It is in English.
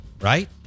right